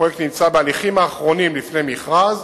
הפרויקט נמצא בהליכים האחרונים לפני מכרז,